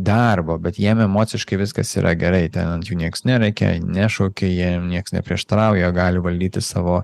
darbo bet jiem emociškai viskas yra gerai ten ant jų niekas nerėkia nešaukia jiem nieks neprieštarauja gali valdyti savo